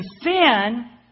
sin